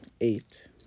eight